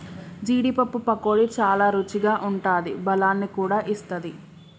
జీడీ పప్పు పకోడీ చాల రుచిగా ఉంటాది బలాన్ని కూడా ఇస్తది